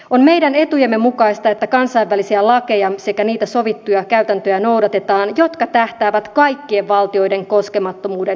on meidän etujemme mukaista että kansainvälisiä lakeja sekä niitä sovittuja käytäntöjä noudatetaan jotka tähtäävät kaikkien valtioiden koskemattomuuden suojelemiseen